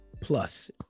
plus